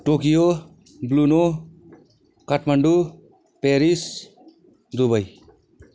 Tokyo ब्लुनो Kathmandu Paris Dubai